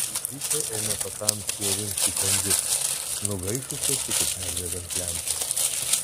pritūpę ėmė patamsyje rinkti kandis nugaišusias iki perdegant lempai